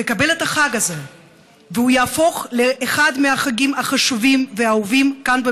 תקבל את החג הזה והוא יהפוך לאחד מהחגים החשובים והאהובים כאן,